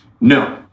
No